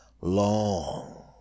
long